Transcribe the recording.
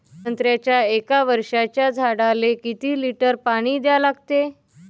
संत्र्याच्या एक वर्षाच्या झाडाले किती लिटर पाणी द्या लागते?